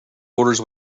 orders